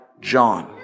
john